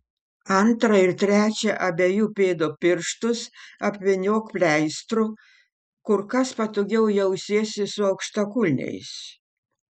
antrą ir trečią abiejų pėdų pirštus apvyniok pleistru kur kas patogiau jausiesi su aukštakulniais